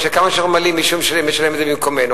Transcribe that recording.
משום שכמה שאנחנו ממלאים מישהו משלם את זה במקומנו.